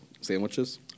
sandwiches